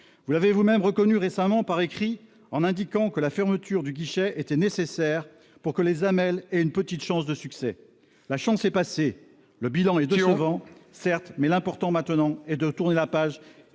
Vous l'avez vous-même reconnu récemment par écrit, en indiquant que la fermeture du guichet était nécessaire pour que les AMEL aient une petite chance de succès. Cette chance est passée ! Votre question ! Le bilan est décevant, certes, mais l'important est maintenant de tourner la page,